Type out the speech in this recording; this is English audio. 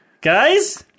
Guys